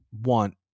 want